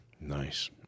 Nice